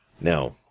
Now